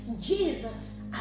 Jesus